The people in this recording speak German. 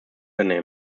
schulter